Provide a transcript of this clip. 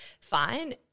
Fine